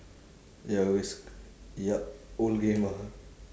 ya risk yup old game ah